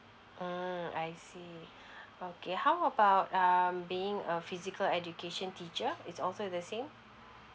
ah I see okay how about um being a physical education teacher is also the same